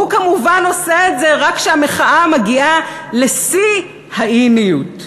והוא כמובן עושה את זה רק כשהמחאה מגיעה לשיא ה"איניות".